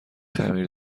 خمیر